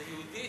זה יהודית,